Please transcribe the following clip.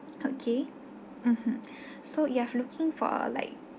okay mmhmm so if you are looking for like